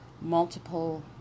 multiple